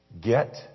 get